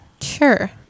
Sure